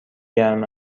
گرم